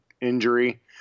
injury